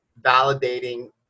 validating